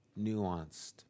nuanced